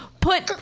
put